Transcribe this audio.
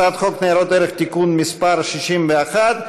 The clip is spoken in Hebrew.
הצעת חוק ניירות ערך (תיקון מס' 61),